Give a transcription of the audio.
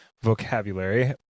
vocabulary